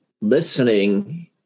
listening